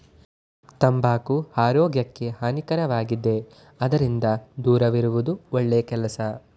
ತಂಬಾಕು ಆರೋಗ್ಯಕ್ಕೆ ಹಾನಿಕಾರಕವಾಗಿದೆ ಅದರಿಂದ ದೂರವಿರುವುದು ಒಳ್ಳೆ ಕೆಲಸ